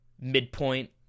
midpoint